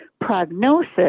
prognosis